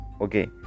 Okay